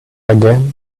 again